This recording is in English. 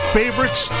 favorites